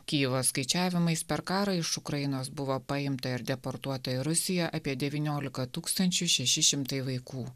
kijevo skaičiavimais per karą iš ukrainos buvo paimta ir deportuota į rusiją apie devyniolika tūkstančių šeši šimtai vaikų